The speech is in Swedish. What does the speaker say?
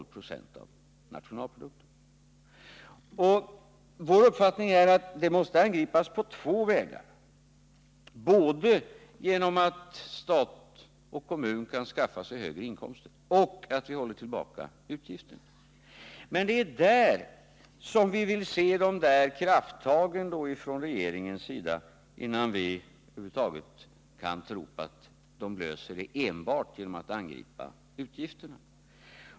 Vår uppfattning är att detta problem måste angripas på två sätt, både genom att stat och kommuner skaffar sig högre inkomster och att vi håller tillbaka utgifterna. Det är där vi vill se krafttag från regeringens sida, för vi tror inte att problemen kan lösas genom att man enbart angriper utgifterna.